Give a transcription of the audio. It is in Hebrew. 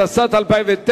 התשס"ט 2009,